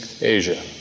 Asia